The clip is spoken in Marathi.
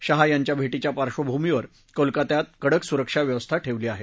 शहा यांच्या भेशीच्या पार्शंभूमीवर कोलकत्यात कडक सुरक्षा व्यवस्था ठेवली आहे